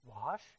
Wash